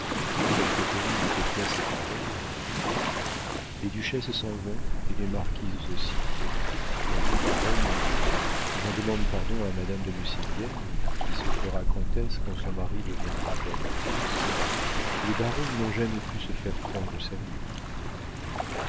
quelque terribles que soient ces paroles disons les les duchesses s'en vont et les marquises aussi quant aux baronnes j'en demande pardon à madame de nucingen qui se fera comtesse quand son mari deviendra pair de france les baronnes n'ont jamais pu se faire prendre au sérieux